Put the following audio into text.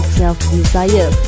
self-desire